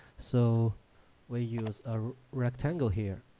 so we use a rectangle here